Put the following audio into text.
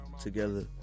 Together